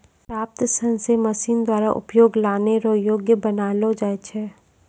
प्राप्त सन से मशीन द्वारा उपयोग लानै रो योग्य बनालो जाय छै